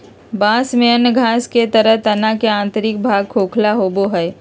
बाँस में अन्य घास के तरह तना के आंतरिक भाग खोखला होबो हइ